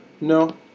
No